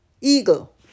eagle